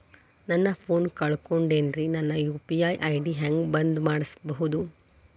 ನನ್ನ ಫೋನ್ ಕಳಕೊಂಡೆನ್ರೇ ನನ್ ಯು.ಪಿ.ಐ ಐ.ಡಿ ಹೆಂಗ್ ಬಂದ್ ಮಾಡ್ಸೋದು?